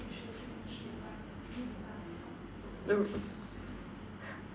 r~